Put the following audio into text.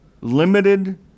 limited